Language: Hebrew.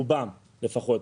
רובם לפחות,